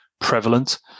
prevalent